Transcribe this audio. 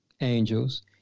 angels